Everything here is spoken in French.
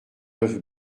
neuf